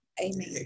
Amen